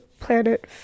Planet